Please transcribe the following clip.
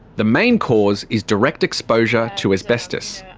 the main cause is direct exposure to asbestos.